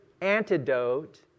antidote